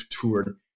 toured